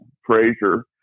Frazier